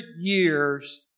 years